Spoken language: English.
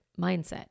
mindset